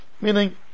Meaning